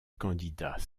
candidat